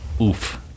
oof